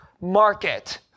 market